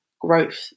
growth